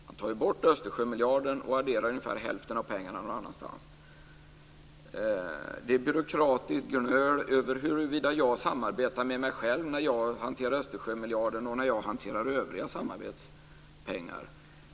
Han tar bort Östersjömiljarden och adderar ungefär hälften av pengarna någon annanstans. Det är byråkratiskt gnöl över huruvida jag samarbetar med mig själv när jag hanterar Östersjömiljarden och när jag hanterar övriga samarbetspengar.